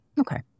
Okay